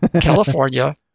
California